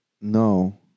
No